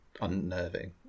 unnerving